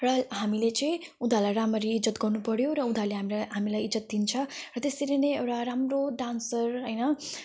र हामीले चाहिँ उनीहरूलाई राम्ररी इज्जत गर्नु पऱ्यो र उनीहरूले हामीलाई हामीलाई इज्जत दिन्छ र त्यसरी नै एउटा राम्रो डान्सर होइन